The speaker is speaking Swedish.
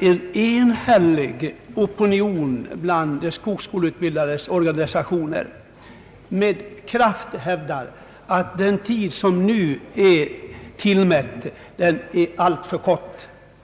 en enhällig opinion bland de skogsutbildades organisationer, som med kraft hävdar att den nu tillmätta tiden är alltför kort.